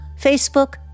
Facebook